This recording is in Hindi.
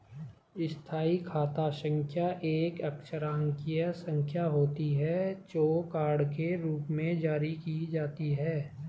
स्थायी खाता संख्या एक अक्षरांकीय संख्या होती है, जो कार्ड के रूप में जारी की जाती है